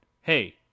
Hey